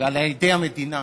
ועל עדי המדינה.